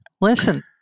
listen